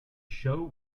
show